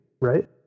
right